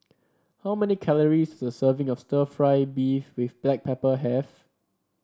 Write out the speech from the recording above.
how many calories does a serving of stir fry beef with Black Pepper have